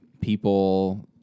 people